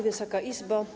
Wysoka Izbo!